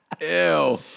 Ew